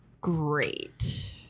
great